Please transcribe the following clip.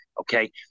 Okay